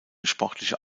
sportliche